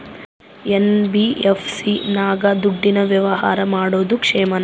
NBFC ನಾಗ ದುಡ್ಡಿನ ವ್ಯವಹಾರ ಮಾಡೋದು ಕ್ಷೇಮಾನ?